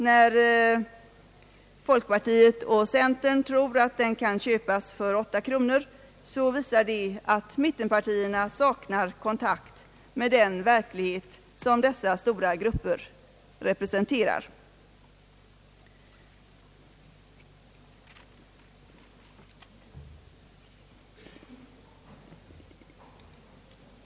När folkpartiet och centern tror att den kan köpas för 8 kronor, visar det att mittenpartierna saknar kontakt med den verklighet som dessa stora grupper representerar.